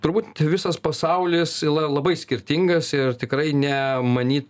turbūt visas pasaulis yla labai skirtingas ir tikrai ne many